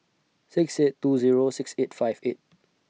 six eight two Zero six eight five eight